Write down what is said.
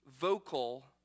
vocal